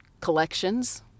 collections